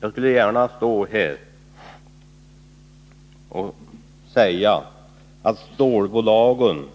Jag skulle gärna stå här och säga att stålbolagen